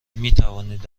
میتوانید